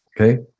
okay